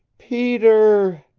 peter!